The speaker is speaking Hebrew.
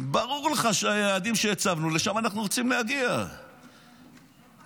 ברור לך שאנחנו רוצים להגיע ליעדים שהצבנו.